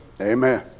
Amen